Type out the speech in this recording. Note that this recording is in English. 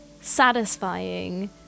satisfying